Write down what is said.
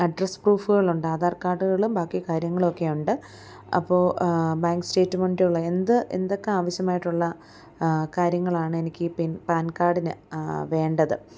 address പ്രൂഫുകളുണ്ട് ആധാർ കാർഡുകളും ബാക്കി കാര്യങ്ങളും ഒക്കെ ഉണ്ട് അപ്പോള് ബാങ്ക് സ്റ്റേറ്റ്മെൻറ്റുള്ള എന്ത് എന്തൊക്ക ആവിശ്യമായിട്ടുള്ള കാര്യങ്ങളാണ് എനിക്കീ പിൻ പാൻ കാഡിന് വേണ്ടത്